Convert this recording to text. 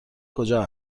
کجا